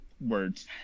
words